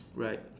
right